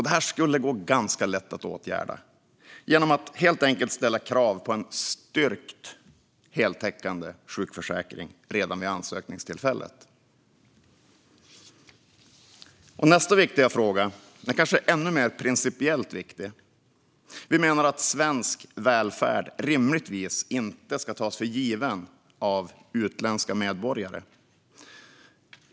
Det här skulle ganska lätt gå att åtgärda genom att helt enkelt ställa krav på en styrkt heltäckande sjukförsäkring redan vid ansökningstillfället. Nästa fråga är kanske ännu mer principiellt viktig. Vi menar att svensk välfärd rimligtvis inte ska tas för given av utländska medborgare.